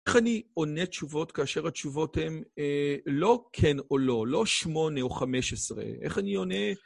איך אני עונה תשובות כאשר התשובות הן לא כן או לא, לא שמונה או חמש עשרה, איך אני עונה?